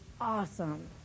awesome